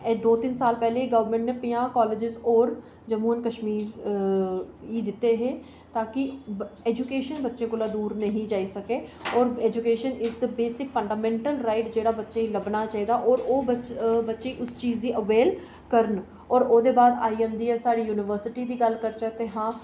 एह् दौ तीन साल पैह्लें गौरमेंट नै पंजाह् कॉलेज होर जम्मू कशमीर गी दित्ते हे ताकी एजूकेशन बच्चे कोला दूर निं जाई सकै ते एजूकेशन इक्क बेसिक फंडामेंटल राईट जेह्का बच्चें गी लब्भना चाहिदा ते बच्चे उसगी अबेल करन ते ओह्दे बाद आई जंदी ऐ साढ़ी यूनिवर्सिटी गल्ल करचै ते